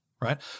right